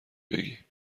بگی